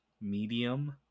medium